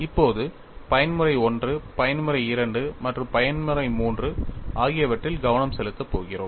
இப்போது பயன்முறை I பயன்முறை II மற்றும் பயன்முறை III ஆகியவற்றில் கவனம் செலுத்தப் போகிறோம்